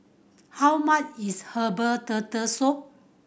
how much is herbal Turtle Soup